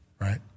Right